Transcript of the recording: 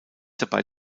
dabei